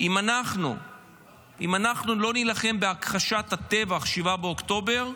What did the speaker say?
אם אנחנו לא נילחם בהכחשת הטבח 7 באוקטובר,